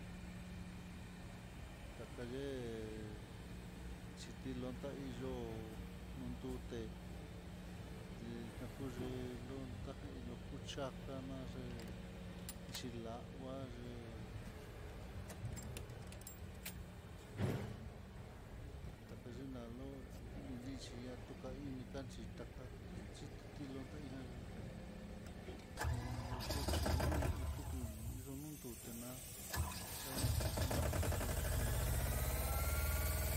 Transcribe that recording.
Kakayé xhiti lontá iyo'ó, nonduté ye'e nakuye lunta no cuc kana c hilagua ye'e. takayena lo yukanixhi tukaini kanchi taká, xhitilontia ihá lokuchí luu tuku yununduté ná tan natuku enchí.